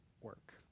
work